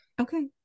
okay